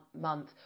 month